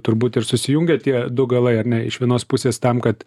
turbūt ir susijungia tie du galai ar ne iš vienos pusės tam kad